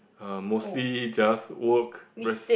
uh mostly just work